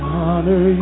honor